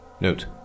Note